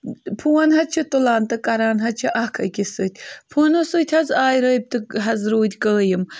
phone حظ چھِ تُلان تہٕ کران حظ چھِ اکھ أکِس سۭتۍ فونو سۭتۍ حظ آے رٲبطہٕ حظ روٗدۍ قٲیِم